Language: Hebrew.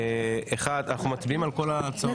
אנחנו מצביעים על כל ההצעות?